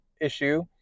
issue